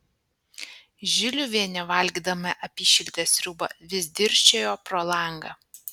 žiliuvienė valgydama apyšiltę sriubą vis dirsčiojo pro langą